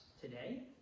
today